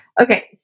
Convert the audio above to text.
Okay